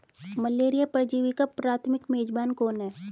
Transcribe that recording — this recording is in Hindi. मलेरिया परजीवी का प्राथमिक मेजबान कौन है?